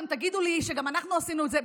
אתם תגידו לי שגם אנחנו עשינו את זה.